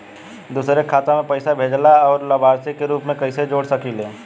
दूसरे के खाता में पइसा भेजेला और लभार्थी के रूप में कइसे जोड़ सकिले?